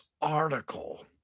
article